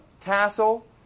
tassel